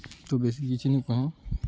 ତ ବେଶୀ କିଛି ନି କହେଁ